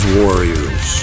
warriors